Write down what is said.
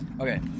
Okay